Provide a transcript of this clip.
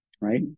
right